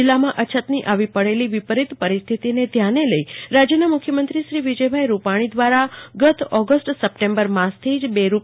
જીલ્લામાં અછતની આવી પડેલી વિપરિત પરિસ્થિતિને ધ્યાને લઇ રાજયના મુખ્યુમંત્રી શ્રી વિજયભાઈ રૂપાણી દ્વારા ગત ઓગષ્ટ સપ્ટેમ્બર માસથી જ રૂ